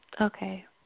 Okay